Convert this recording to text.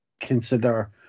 consider